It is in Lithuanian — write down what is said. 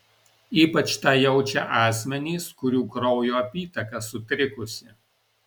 ypač tą jaučia asmenys kurių kraujo apytaka sutrikusi